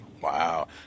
Wow